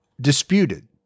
disputed